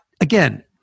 again